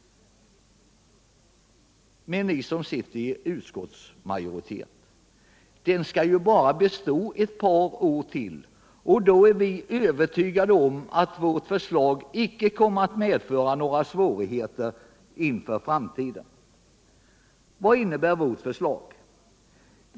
Men, ni som utgör utskottsmajoriteten, den skall ju bara bestå ett par år till och vi är övertygade om att vårt förslag icke kommer att medföra några svårigheter inför framtiden. Vad innebär då vårt förslag?